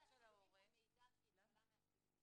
שהתפקיד של העובד הסוציאלי הוא לצורך טיפולי.